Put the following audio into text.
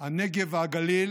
הנגב והגליל